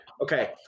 Okay